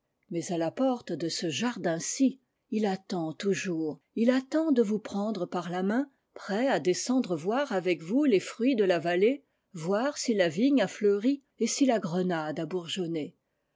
mais à la porte de ce jardinci ii attend toujours il attend de vous prendre par la main prêt à descendre voir avec vous les fruits de la vallée voir si la vigne a fleuri et si la grenade a bourgeonné